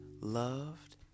loved